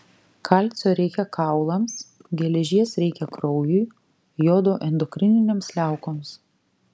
kalcio reikia kaulams geležies reikia kraujui jodo endokrininėms liaukoms